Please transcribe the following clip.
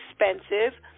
expensive